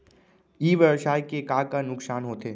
ई व्यवसाय के का का नुक़सान होथे?